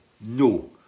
No